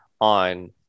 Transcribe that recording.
on